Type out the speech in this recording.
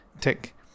tick